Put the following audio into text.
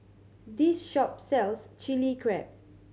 this shop sells Chilli Crab